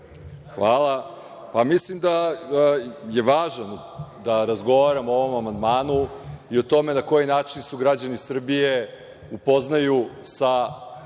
Hvala. Mislim da je važno da razgovaramo o ovom amandmanu i o tome na koji način se građani Srbije upoznaju sa